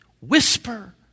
whisper